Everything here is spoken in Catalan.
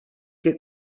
que